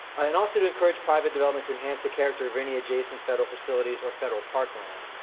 ah and also to encourage private development to enhance the character of any adjacent federal facilities or federal parkland.